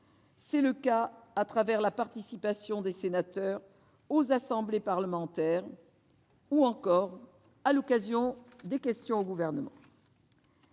C'est le cas à travers la participation des sénateurs aux assemblées parlementaires ou encore à l'occasion des questions au Gouvernement.